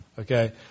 Okay